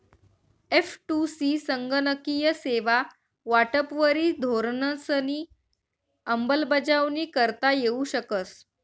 एफ.टु.सी संगणकीय सेवा वाटपवरी धोरणंसनी अंमलबजावणी करता येऊ शकस